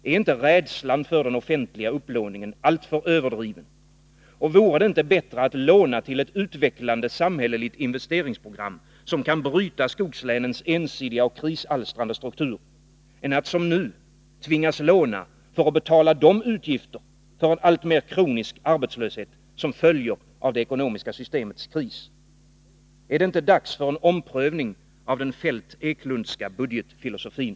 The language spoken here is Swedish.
Är inte rädslan för den offentliga upplåningen alltför överdriven, och vore det inte bättre att låna till ett utvecklande samhälleligt investeringsprogram, som kan bryta skogslänens ensidiga och krisalstrande struktur, än att som nu tvingas låna för att betala de utgifter för en alltmer kronisk arbetslöshet som följer av det ekonomiska systemets kris? Är det inte dags för en omprövning av den Feldt-Eklundska budgetfilosofin?